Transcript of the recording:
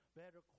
better